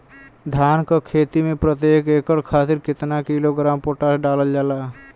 धान क खेती में प्रत्येक एकड़ खातिर कितना किलोग्राम पोटाश डालल जाला?